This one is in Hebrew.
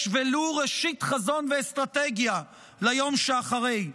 ולו ראשית חזון ואסטרטגיה ליום שאחרי,